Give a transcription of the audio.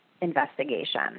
investigation